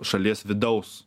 šalies vidaus